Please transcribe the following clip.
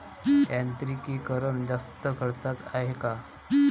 यांत्रिकीकरण जास्त खर्चाचं हाये का?